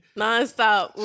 non-stop